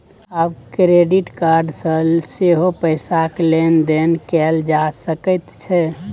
आब debit card सँ सेहो पैसाक लेन देन कैल जा सकैत छै